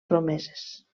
promeses